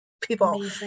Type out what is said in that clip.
People